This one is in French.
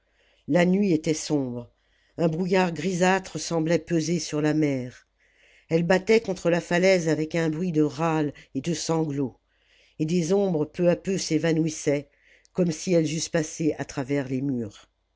la nuit était sombre un brouillard grisâtre semblait peser sur la mer elle battait contre la falaise avec un bruit de râles et de sanglots et des ombres peu à peu s'évanouissaient comme si elles eussent passé à travers les murs